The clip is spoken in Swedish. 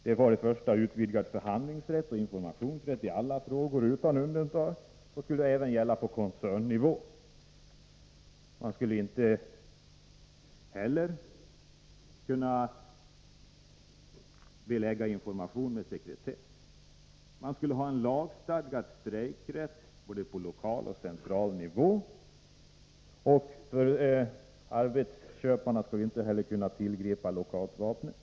Det var först och främst utvidgad förhandlingsrätt och informationsrätt i alla frågor utan undantag. Det skulle även gälla på koncernnivå. Det skulle inte heller vara möjligt att belägga information med sekretess. Det skulle finnas en lagstadgad strejkrätt, både på lokal och på central nivå. Arbetsköparna skulle inte heller kunna tillgripa lockoutvapnet.